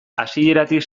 hasieratik